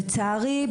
לצערי,